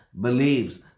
believes